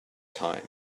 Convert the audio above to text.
time